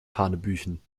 hanebüchen